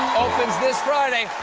opens this friday.